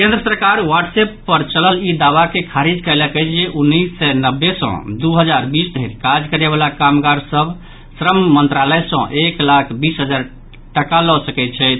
केंद्र सरकार व्हाट्सएप पर चलल ई दावा के खारिज कयलक अछि जे उन्नीस सय नव्बे सँ दू हजार बीस धरि काज करयवला कामगार सभ श्रम मंत्रालय सँ एक लाख बीस हजार टाका लऽ सकैत छथि